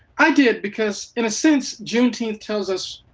i did because in a since june team tells us.